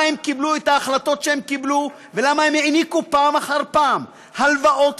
הם קיבלו את ההחלטות שהם קיבלו ולמה הם העניקו פעם אחר פעם הלוואות